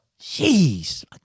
Jeez